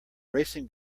racing